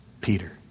Peter